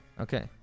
Okay